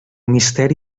misteri